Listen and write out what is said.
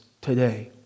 today